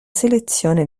selezione